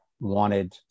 wanted